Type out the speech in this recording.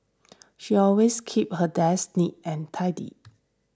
she always keeps her desk neat and tidy